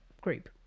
group